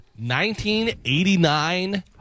1989